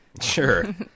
Sure